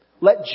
Let